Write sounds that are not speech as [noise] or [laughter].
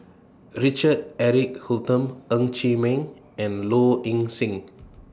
Richard Eric Holttum Ng Chee Meng and Low Ing Sing [noise]